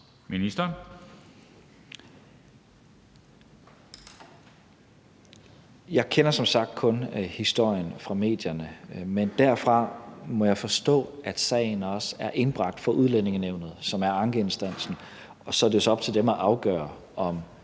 Jeg kender som sagt kun historien fra medierne. Men derfra må jeg forstå, at sagen også er indbragt for Udlændingenævnet, som er ankeinstansen, og så er det jo op til dem at afgøre, om